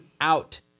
out